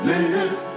Live